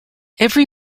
every